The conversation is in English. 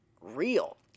real